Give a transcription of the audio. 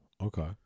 Okay